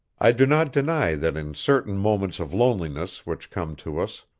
i do not deny that in certain moments of loneliness which come to us,